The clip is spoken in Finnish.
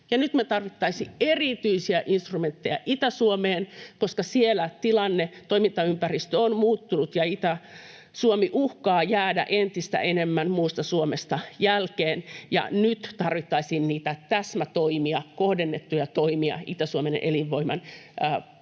me tarvitsisimme erityisiä instrumentteja Itä-Suomeen, koska siellä tilanne, toimintaympäristö on muuttunut ja Itä-Suomi uhkaa jäädä entistä enemmän muusta Suomesta jälkeen. Nyt tarvittaisiin niitä täsmätoimia, kohdennettuja toimia Itä-Suomen elinvoiman